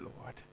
Lord